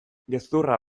gezurra